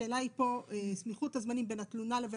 השאלה היא פה סמיכות הזמנים בין התלונה לבין